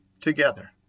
together